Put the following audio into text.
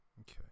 Okay